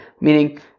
meaning